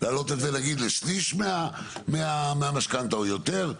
להעלות את נגיד לשליש מהמשכנתא או יותר.